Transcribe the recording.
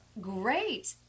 Great